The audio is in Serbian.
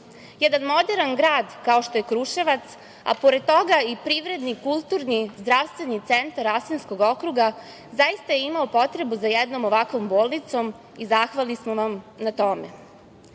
moderan grad kao što je Kruševac, a pored toga i privredni, kulturni, zdravstveni centar Rasinskog okruga, zaista je imao potrebu za jednom ovakvom bolnicom i zahvalni smo vam na tome. Kada